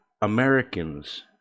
Americans